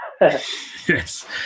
yes